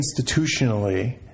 institutionally